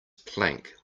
plank